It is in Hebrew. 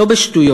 לא בשטויות,